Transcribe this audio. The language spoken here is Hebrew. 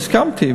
והסכמתי,